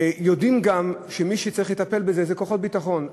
יודעים גם שמי שצריך לטפל בזה זה כוחות ביטחון.